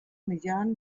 millán